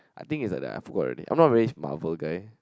I think is like I forgot already I'm not really Marvel guy